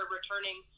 returning